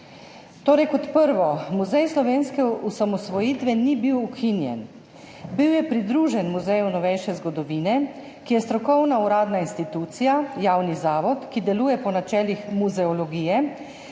Torej kot prvo, Muzej slovenske osamosvojitve ni bil ukinjen, bil je pridružen Muzeju novejše zgodovine, ki je strokovna, uradna institucija, javni zavod, ki deluje po načelih muzeologije